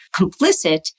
complicit